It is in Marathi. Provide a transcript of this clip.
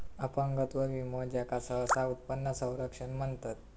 अपंगत्व विमो, ज्याका सहसा उत्पन्न संरक्षण म्हणतत